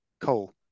coal